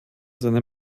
seine